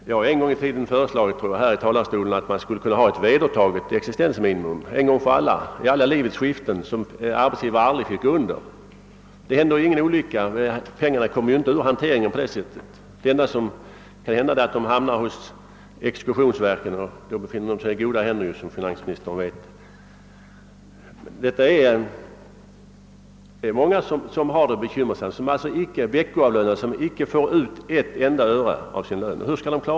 Jag har en gång från denna talarstol föreslagit att vi skulle ha ett existensminimum som var en gång för alla vedertaget och som arbetsgivarna alltid skulle iaktta. Det skulle inte innebära någon olycka — pengarna kommer inte därmed ur hanteringen; det enda som kan hända är att de hamnar hos exekutionsverket, och där är de i goda händer som finansministern vet. Hur skall de klara sig som inte är veckoavlönade och som inte får ut ett enda öre av sin lön?